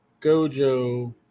Gojo